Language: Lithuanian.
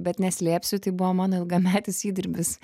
bet neslėpsiu tai buvo mano ilgametis įdirbis